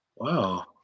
Wow